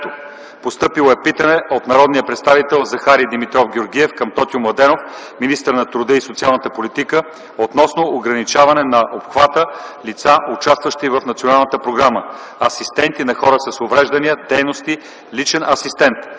Постъпило е питане от народния представител Захари Георгиев към Тотю Младенов, министър на труда и социалната политика, относно ограничаването на обхвата на лицата, участващи в Националната програма „Асистенти на хора с увреждания, дейност Личен асистент”.